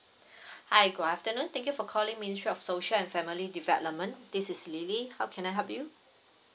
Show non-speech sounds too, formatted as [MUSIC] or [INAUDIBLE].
[BREATH] hi good afternoon thank you for calling ministry of social and family development this is lily how can I help you